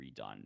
redone